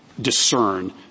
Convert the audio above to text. discern